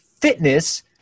Fitness